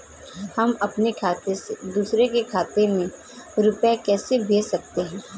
हम अपने खाते से दूसरे के खाते में रुपये कैसे भेज सकते हैं?